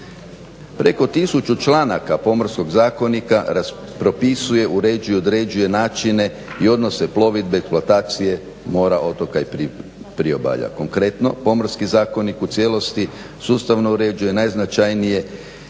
Preko tisuću članaka pomorskog zakonika propisuje, određuje i uređuje načine i odnose plovidbe, platacije mora, otoka i priobalja. Konkretno Pomorski zakonik u cijelosti sustavno uređuje najznačajnije